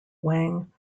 wang